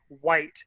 white